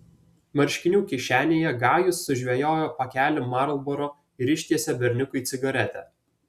marškinių kišenėje gajus sužvejojo pakelį marlboro ir ištiesė berniukui cigaretę